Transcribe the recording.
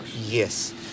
yes